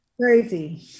crazy